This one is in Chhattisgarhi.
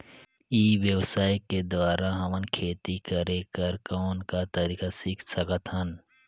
ई व्यवसाय के द्वारा हमन खेती करे कर कौन का तरीका सीख सकत हन?